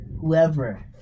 whoever